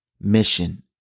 Mission